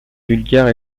vulgaire